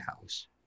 House